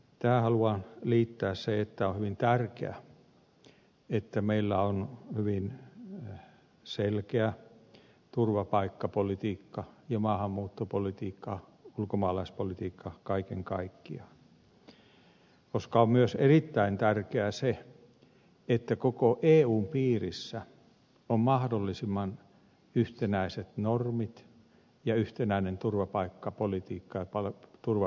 tähän haluan liittää sen että on hyvin tärkeää että meillä on hyvin selkeä turvapaikkapolitiikka ja maahanmuuttopolitiikka ulkomaalaispolitiikka kaiken kaikkiaan koska on myös erittäin tärkeää se että koko eun piirissä on mahdollisimman yhtenäiset normit ja yhtenäinen turvapaikkapolitiikka ja turvapaikkamenettely